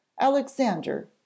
alexander